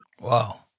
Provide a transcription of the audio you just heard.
Wow